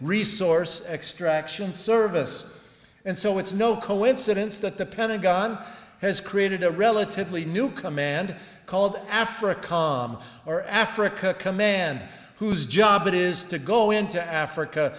resource extraction service and so it's no coincidence that the pentagon has created a relatively new command called africa com or africa command whose job it is to go into africa